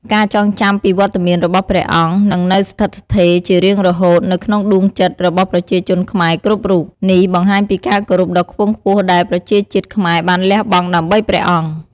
ការចងចាំពីវត្តមានរបស់ព្រះអង្គនឹងនៅស្ថិតស្ថេរជារៀងរហូតនៅក្នុងដួងចិត្តរបស់ប្រជាជនខ្មែរគ្រប់រូប នេះបង្ហាញពីការគោរពដ៏ខ្ពង់ខ្ពស់ដែលប្រជាជាតិខ្មែរបានលះបង់ដើម្បីព្រះអង្គ។